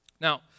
Now